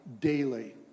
daily